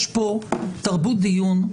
יש כאן תרבות דיון.